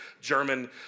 German